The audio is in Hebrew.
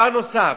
לא,